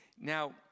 Now